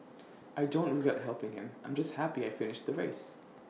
I don't regret helping him I'm just happy I finished the race